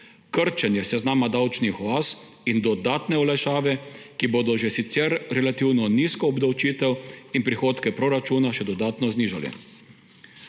krčenje seznama davčnih oaz in dodatne olajšave, ki bodo že sicer relativno nizko obdavčitev in prihodke proračuna še dodatno znižale.